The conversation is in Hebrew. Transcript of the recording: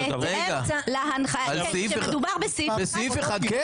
מדובר בסעיף אחד.